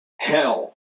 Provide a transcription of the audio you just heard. hell